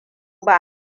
ba